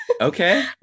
Okay